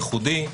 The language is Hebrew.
ייחודי,